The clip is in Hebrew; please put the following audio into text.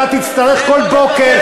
אתה תצטרך כל בוקר להסתכל עלי,